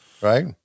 right